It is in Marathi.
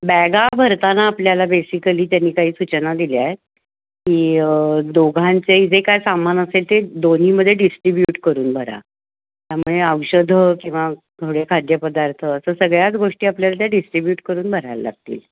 बॅगा भरताना आपल्याला बेसिकली त्यांनी काही सूचना दिल्या आहेत की दोघांचे जे काय सामान असेल ते दोन्हीमध्ये डिस्ट्रीब्युट करून भरा त्यामुळे औषधं किंवा थोडे खाद्यपदार्थ असं सगळ्याच गोष्टी आपल्याला त्या डिस्ट्रिब्यूट करून भरायला लागतील